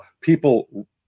People